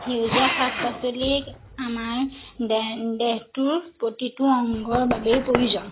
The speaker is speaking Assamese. সেউজীয়া শাক পাচলি আমাৰ দেহ দেহটোৰ প্ৰতিটো অংগৰ বাবেই প্ৰয়োজন